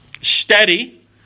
steady